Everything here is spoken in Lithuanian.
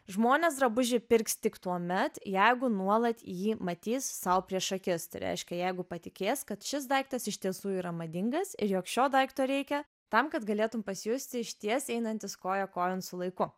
žmonės drabužį pirks tik tuomet jeigu nuolat jį matys sau prieš akis tai reiškia jeigu patikės kad šis daiktas iš tiesų yra madingas ir jog šio daikto reikia tam kad galėtum pasijusti išties einantis koja kojon su laiku